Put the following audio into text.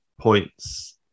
points